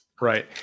Right